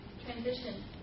transition